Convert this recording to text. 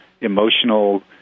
emotional